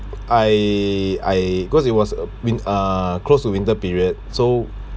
I I because it was uh win~ uh close to winter period so